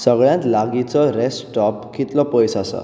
सगळ्यांत लागींचो rest stop कितलो पयस आसा